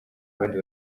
abandi